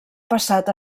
passat